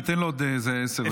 אני אתן לו עוד איזה עשר דקות.